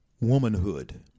womanhood